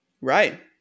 Right